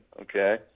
okay